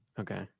Okay